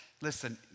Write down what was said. Listen